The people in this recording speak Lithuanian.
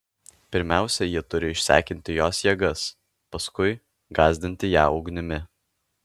pirmiausia jie turi išsekinti jos jėgas paskui gąsdinti ją ugnimi